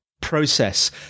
process